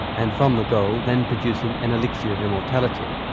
and from the gold then producing an elixir of immortality,